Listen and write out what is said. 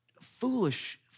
foolish